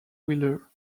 wheeler